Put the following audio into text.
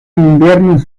inviernos